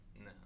No